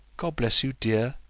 god bless you, dear,